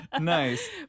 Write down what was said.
Nice